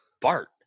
Bart